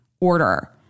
order